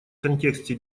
контексте